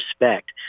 respect